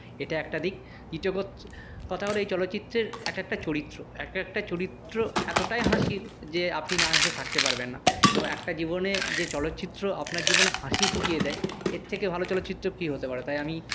এটা একটা দিক দ্বিতীয় কথা কথা হল এই চলচ্চিত্রের এক একটা চরিত্র এক একটা চরিত্র এতটাই হাসির যে আপনি না হেসে থাকতে পারবেন না এবং একটা জীবনে যে চলচ্চিত্র আপনার জীবনে হাসি ফুটিয়ে দেয় এর থেকে ভালো চলচ্চিত্র কি হতে পারে তাই আমি